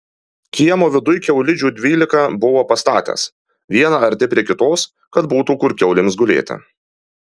kiemo viduj kiaulidžių dvylika buvo pastatęs vieną arti prie kitos kad būtų kur kiaulėms gulėti